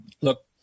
look